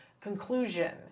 conclusion